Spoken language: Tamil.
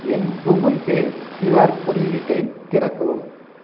என் கூகிள் பே கியூஆர் குறியீட்டை திறக்கவும்